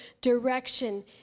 direction